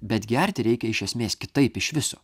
bet gerti reikia iš esmės kitaip iš viso